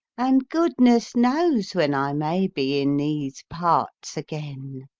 and goodness knows when i may be in these parts again